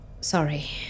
Sorry